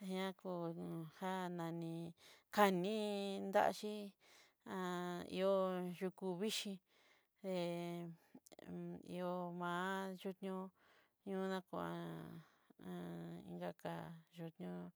na ko já nani kandii daxhíi ihó yukú vixhí he ihó ma´'a yunío yuná kuá'a ká ká'a yúñoo.